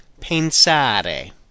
pensare